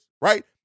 right